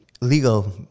legal